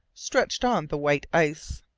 stretched on the white ice.